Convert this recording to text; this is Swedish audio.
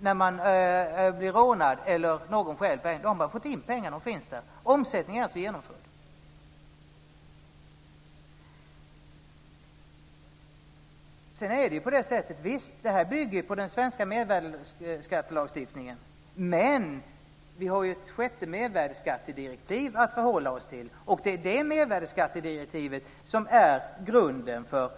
När man däremot blir rånad eller när någon stjäl pengarna har man fått in pengarna och de finns där. Visst bygger detta på den svenska mervärdesskattelagstiftningen. Men vi har ett sjätte mervärdesskattedirektiv att förhålla oss till. Det är det mervärdesskattedirektivet som nu också är grunden för